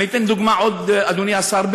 אני אתן עוד דוגמה, אדוני השר.